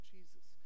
Jesus